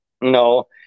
No